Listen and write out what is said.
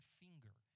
finger